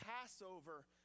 Passover